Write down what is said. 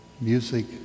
music